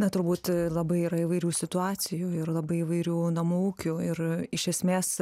na turbūt labai yra įvairių situacijų ir labai įvairių namų ūkių ir iš esmės